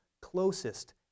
closest